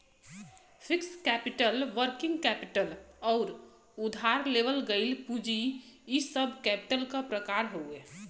fixed capital working capital आउर उधार लेवल गइल पूंजी इ सब कैपिटल क प्रकार हउवे